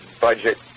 budget